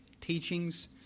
teachings